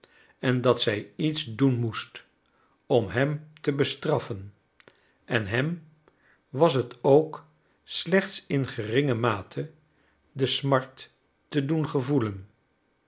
en dat zij iets doen moest om hem te bestraffen en hem was het ook slechts in geringe mate de smart te doen gevoelen